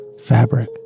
fabric